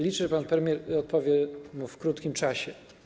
Liczę, że pan premier odpowie mu w krótkim czasie.